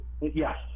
Yes